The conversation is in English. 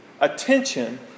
attention